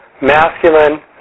masculine